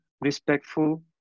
respectful